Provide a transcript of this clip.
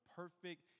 perfect